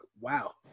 wow